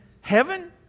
heaven